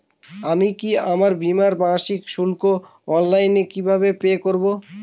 আমি কি আমার বীমার মাসিক শুল্ক অনলাইনে কিভাবে পে করব?